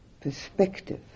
perspective